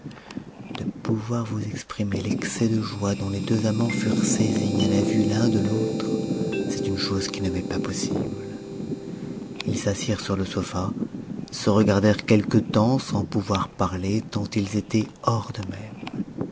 de pouvoir vous exprimer l'excès de joie dont les deux amants turent saisis à a vue l'un de l'autre c'est une chose qui ne m'est pas possible ils s'assirent sur le sofa se regardèrent quelque temps sans pouvoir parler tant ils étaient hors d'eux-mêmes mais